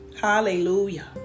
hallelujah